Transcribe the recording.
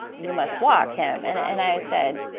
you must walk him. and and i said,